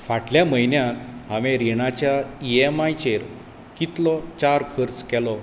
फाटल्या म्हयन्यांत हांवें रिणाच्या ई एम आय चेर कितलो चार खर्च केलो